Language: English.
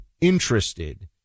interested